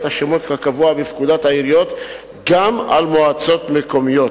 השמות כקבוע בפקודת העיריות גם על מועצות מקומיות.